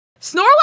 Snorlax